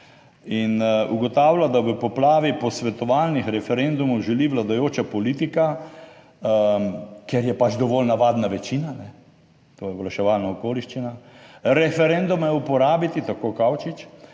in ugotavlja, da v poplavi posvetovalnih referendumov želi vladajoča politika, ker je pač dovolj navadna večina, to je oglaševalna okoliščina, referendume uporabiti, tako Kavčič,